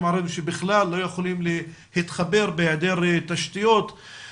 הערביים שבכלל לא יכולים להתחבר בהיעדר תשתיות.